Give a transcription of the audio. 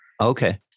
Okay